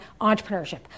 entrepreneurship